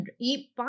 eat